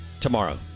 tomorrow